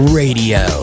radio